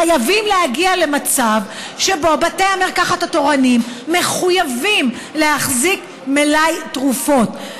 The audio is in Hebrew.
חייבים להגיע למצב שבו בתי המרקחת התורנים מחויבים להחזיק מלאי תרופות.